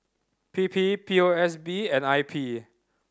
P P P O S B and I P